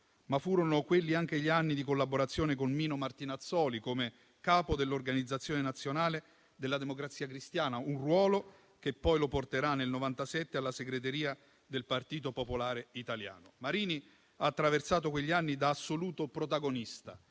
Ma furono quelli anche gli anni di collaborazione con Mino Martinazzoli come capo dell'organizzazione nazionale della Democrazia Cristiana, un ruolo che poi lo porterà nel 1997 alla segreteria del Partito popolare italiano. Marini ha attraversato quegli anni da assoluto protagonista,